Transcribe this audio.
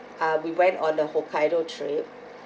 ah we went on the hokkaido trip